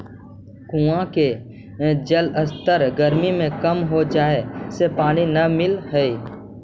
कुआँ के जलस्तर गरमी में कम हो जाए से पानी न मिलऽ हई